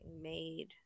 made